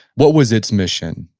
what was its mission,